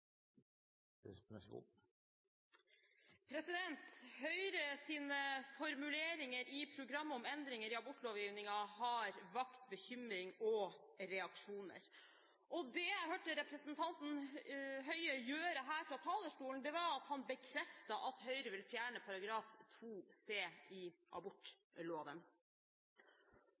formuleringer i programmet, om endringer i abortlovgivningen, har vakt bekymring og reaksjoner. Det jeg hørte representanten Høie gjøre her fra talerstolen, var å bekrefte at Høyre vil fjerne § 2 c) i abortloven.